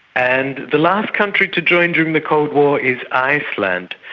and the last country to join during the cold war is iceland.